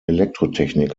elektrotechnik